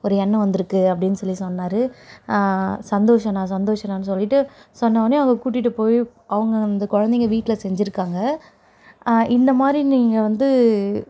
ஒரு எண்ணம் வந்துருக்குது அப்படின்னு சொல்லி சொன்னார் சந்தோஷம் அண்ணா சந்தோஷம் அண்ணான்னு சொல்லிவிட்டு சொன்னவொடனேயே அங்கே கூட்டிகிட்டு போய் அவங்க அந்த குழந்தைங்க வீட்டில் செஞ்சிருக்காங்க இந்தமாதிரி நீங்கள் வந்து